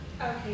Okay